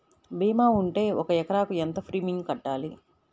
భీమా ఉంటే ఒక ఎకరాకు ఎంత ప్రీమియం కట్టాలి?